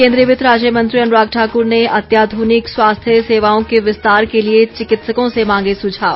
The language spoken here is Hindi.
केन्द्रीय वित्त राज्य मंत्री अनुराग ठाकुर ने अत्याधुनिक स्वास्थ्य सेवाओं के विस्तार के लिए चिकित्सकों से मांगे सुझाव